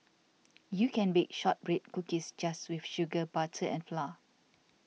you can bake Shortbread Cookies just with sugar butter and flour